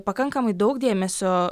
pakankamai daug dėmesio